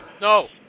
No